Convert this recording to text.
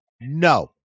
no